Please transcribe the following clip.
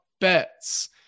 bets